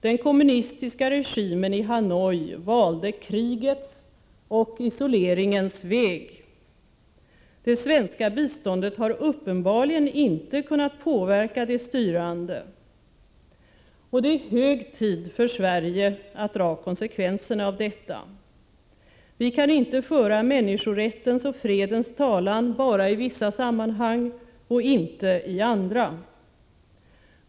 Den kommunistiska regimen i Hanoi valde krigets och isoleringens väg. Det svenska biståndet har uppenbarligen inte kunnat påverka de styrande. Det är hög tid för Sverige att dra konsekvenserna av detta. Vi kan inte föra människorättens och fredens talan bara i vissa sammanhang och inte i andra.